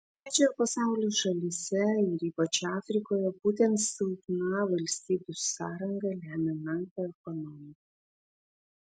trečiojo pasaulio šalyse ir ypač afrikoje būtent silpna valstybių sąranga lemia menką ekonomiką